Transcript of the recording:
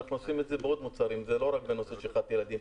אנחנו עושים את זה בעוד מוצרים וזה לא רק בנושא של שכחת ילדים,